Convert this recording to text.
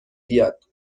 بیاد